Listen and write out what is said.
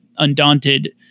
undaunted